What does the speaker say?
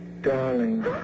Darling